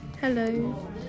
Hello